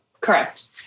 Correct